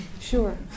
Sure